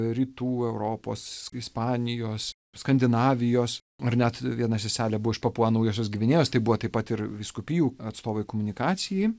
rytų europos ispanijos skandinavijos ar net viena seselė buvo iš papua naujosios gvinėjos tai buvo taip pat ir vyskupijų atstovai komunikacijai